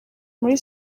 muri